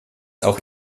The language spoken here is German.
auch